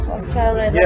Australia